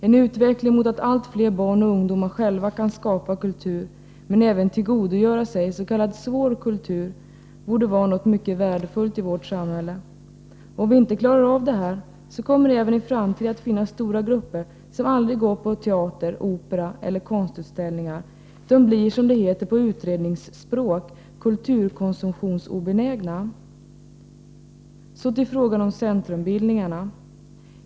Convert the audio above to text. En utveckling mot att allt flera barn och ungdomar själva kan skapa kultur men även tillgodogöra sig s.k. svår kultur borde vara något mycket värdefullt i vårt samhälle. Om vi inte klarar av detta kommer det även i framtiden att finnas stora grupper som aldrig går på teater, opera eller konstutställningar. De blir, som det heter på utredningsspråk, kulturkonsumtionsobenägna. Så till frågan om centrumbildningarna.